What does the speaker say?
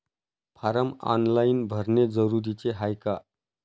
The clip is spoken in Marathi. फारम ऑनलाईन भरने जरुरीचे हाय का?